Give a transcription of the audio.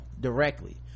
directly